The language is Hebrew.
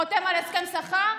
חותם על הסכם שכר?